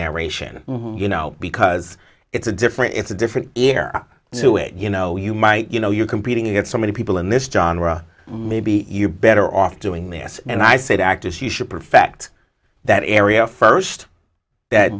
narration you know because it's a different it's a different year to it you know you might you know you're competing against so many people in this john maybe you better off doing this and i said actors you should perfect that area first that